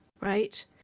right